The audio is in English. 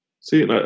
See